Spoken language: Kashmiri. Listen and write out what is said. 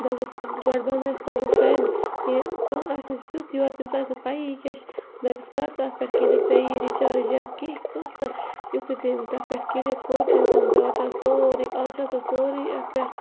دَپٮ۪س گۄڈٕ بَنایس پَنُن فرٛٮ۪نٛڈ یہِ کانٛہہ آسہِ نہٕ تیُتھ یورٕ تٔمِس آسہِ نہٕ پَیی یہِ کیٛاہ چھِ دَپٮ۪س کَر ژٕ اتھ پٮ۪ٹھ کِلِک ژےٚ یی رِچارٕج یا کینٛہہ کانٛہہ تہٕ یُتھے تٔمۍ تتھ پٮ۪ٹھ کِلِک کوٚر تٔمۍ سُنٛد ڈاٹا سورٕے آز چھِ آسان سورٕے اَتھ پٮ۪ٹھ